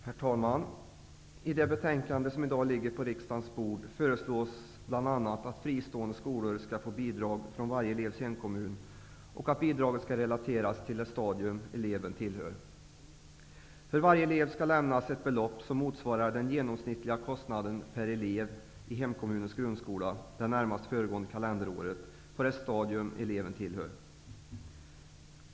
Herr talman! I det betänkande som i dag ligger på riksdagens bord föreslås bl.a. att fristående skolor skall få bidrag från varje elevs hemkommun och att bidraget skall relateras till det stadium som eleven tillhör. För varje elev skall lämnas ett belopp som motsvarar den genomsnittliga kostnaden per elev i hemkommunens grundskola under det närmast föregående kalenderåret på det stadium som eleven tillhör.